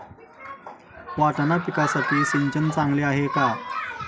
वाटाणा पिकासाठी सिंचन चांगले आहे का?